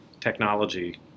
technology